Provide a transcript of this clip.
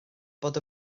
bod